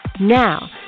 Now